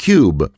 Cube